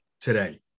today